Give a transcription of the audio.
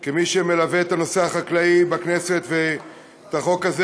כמי שמלווה את הנושא החקלאי בכנסת ואת החוק הזה,